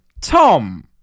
tom